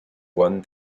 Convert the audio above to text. one